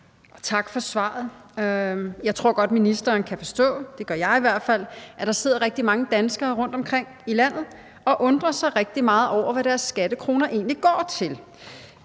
Tak for svaret. Jeg tror godt, at ministeren kan forstå – det kan jeg i hvert fald – at der sidder rigtig mange danskere rundtomkring i landet, som undrer sig rigtig meget over, hvad deres skattekroner egentlig går til.